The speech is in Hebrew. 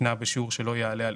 זקנה בשיעור שלא יעלה על